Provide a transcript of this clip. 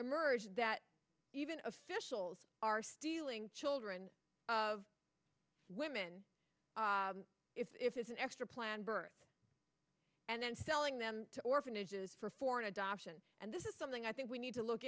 emerged that even officials are stealing children of women if it's an extra planned birth and then selling them to orphanages for foreign adoption and this is something i think we need to look